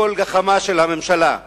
לכל גחמה של הממשלה.